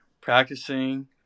practicing